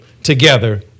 Together